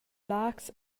laax